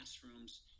classrooms